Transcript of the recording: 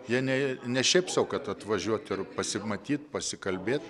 jie ne ne šiaip sau kad atvažiuot ir pasimatyt pasikalbėt